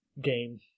game